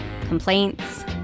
complaints